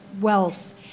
wealth